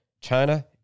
China